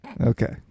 Okay